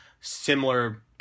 similar